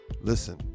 Listen